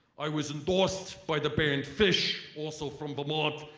i was endorsed by the band pfish also from vermont.